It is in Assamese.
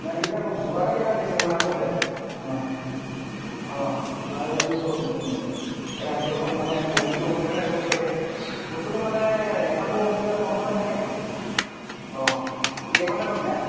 নাই দি থাকোঁ যোৱাকালি এটা দিছোঁ মই আকৌ যে অঁ অঁ যোৱাকালি দিছোঁ এই আজি অলপ মানে প্ৰব্লেমটো হ'ল কাৰণে কৈছোঁ আৰু বস্তুটো মানে ৰিফাণ্ডটো সোনকালে হ'ব নহয় চাগে অঁ কেইঘণ্টা কৈছে